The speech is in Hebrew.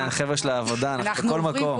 החבר'ה של העבודה בכל מקום.